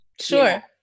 sure